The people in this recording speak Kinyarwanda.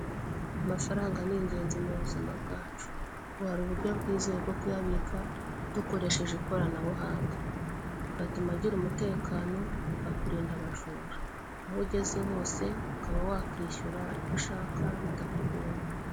Amafaranga ni ingenzi mu buzima bwacu. Ubu hari uburyo bwizewe bwo kuyabika dukoresheje ikoranabuhanga. Bigatuma agira umutekano bikakurinda abajura. Aho ugeze hose ukaba wakwishyura ibyo ushaka bitakugoye.